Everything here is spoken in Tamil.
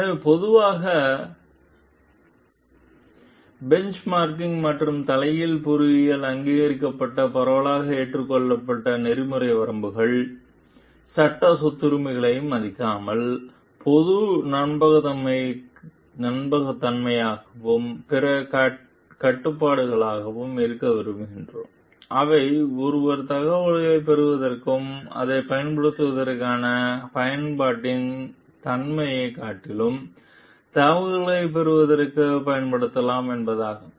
எனவே பொதுவாக பெஞ்ச்மார்க்கிங் மற்றும் தலைகீழ் பொறியியலில் அங்கீகரிக்கப்பட்ட பரவலாக ஏற்றுக்கொள்ளப்பட்ட நெறிமுறை வரம்புகள் எனவே சட்ட சொத்துரிமைகளை மதிக்காமல் பொதுவாக நம்பகமானதாகவும் பிற கட்டுப்பாடுகளாகவும் இருக்க விரும்புகிறோம் அவை ஒருவர் தகவல்களைப் பெறுவதற்கும் அதைப் பயன்படுத்துவதற்கான பயன்பாட்டின் தன்மையைக் காட்டிலும் தகவல்களைப் பெறுவதற்கும் பயன்படுத்தலாம் என்பதாகும்